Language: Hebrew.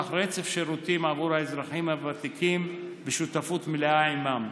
רצף שירותים עבור האזרחים הוותיקים בשותפות מלאה עימם.